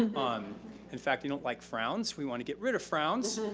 and but um in fact, we don't like frowns. we want to get rid of frowns.